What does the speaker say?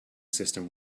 system